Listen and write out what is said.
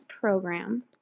program